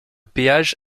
péage